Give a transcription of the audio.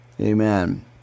Amen